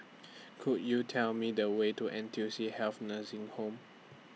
Could YOU Tell Me The Way to N T U C Health Nursing Home